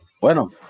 bueno